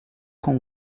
com